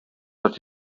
that